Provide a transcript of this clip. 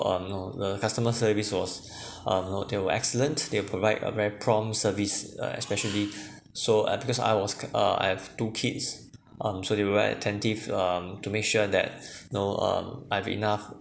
um know the customer service was um know they were excellent they provide a very prompt service uh especially so uh because I was uh I have two kids um so they were very attentive um to make sure that know um I have enough